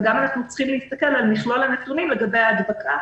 וגם אנחנו צריכים להסתכל על מכלול הנתונים לגבי הדבקה